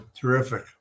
terrific